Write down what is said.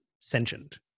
sentient